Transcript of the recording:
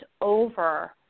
over